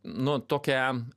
nu tokią